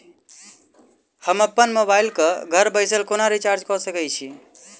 हम अप्पन मोबाइल कऽ घर बैसल कोना रिचार्ज कऽ सकय छी?